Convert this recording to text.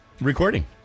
recording